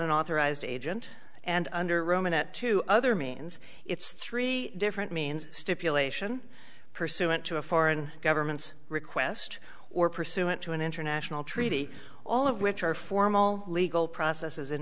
an authorized agent and under roman at two other means it's three different means stipulation pursuant to a foreign governments request or pursuant to an international treaty all of which are formal legal processes in